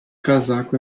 casaco